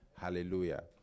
Hallelujah